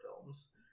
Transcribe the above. films